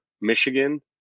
Michigan